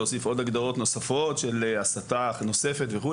להוסיף עוד הגדרות נוספות של הסתה נוספת וכו'.